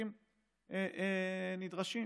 הצרכים הנדרשים.